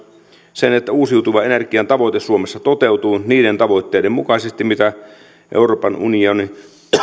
sen että uusiutuvan energian tavoite suomessa toteutuu niiden tavoitteiden mukaisesti mitä euroopan unioni